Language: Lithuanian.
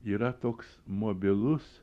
yra toks mobilus